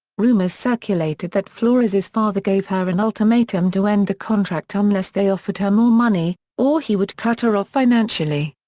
rumors circulated that flores's father gave her an ultimatum to end the contract unless they offered her more money, or he would cut her off financially.